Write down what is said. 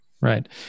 Right